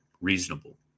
reasonable